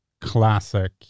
classic